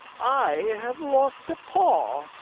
i have lost a paw.